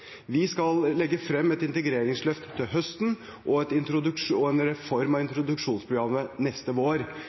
Vi skal legge frem et integreringsløft til høsten og en reform av introduksjonsprogrammet neste vår.